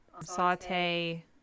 saute